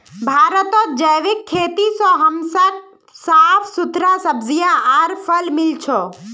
भारतत जैविक खेती से हमसाक साफ सुथरा सब्जियां आर फल मिल छ